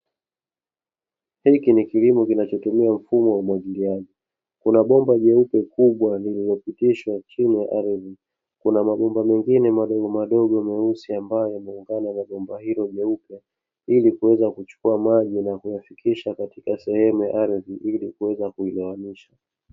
Hiki ni kilimo kinachotumia mfumo wa umwagiliaji, kuna bomba jeupe kubwa lililopitishwa chini ya ardhi, kuna mabomba mengine madogo madogo meusi ambayo yameungana na bomba hilo jeupe, ili kuweza kuchukua maji na kuyafikisha katika sehemu ya ardhi ili kuweza kuyagawanyisha.